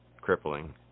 crippling